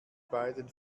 beiden